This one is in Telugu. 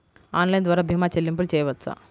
ఆన్లైన్ ద్వార భీమా చెల్లింపులు చేయవచ్చా?